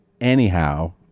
anyhow